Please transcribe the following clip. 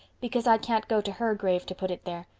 because i can't go to her grave to put it there.